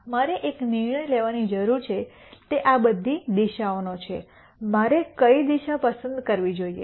મારે એક નિર્ણય લેવાની જરૂર છે તે આ બધી દિશાઓનો છે મારે કઇ દિશા પસંદ કરવી જોઈએ